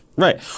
Right